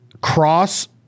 cross